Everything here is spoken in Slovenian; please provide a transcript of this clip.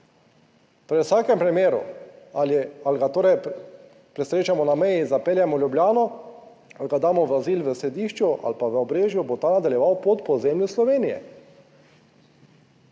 v vsakem primeru, ali je, ali ga torej prestrežemo na meji in zapeljemo v Ljubljano ali ga damo v azil v Središču ali pa v Obrežju, bo ta nadaljeval pot po ozemlju Slovenije.